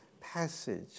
passage